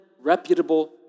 reputable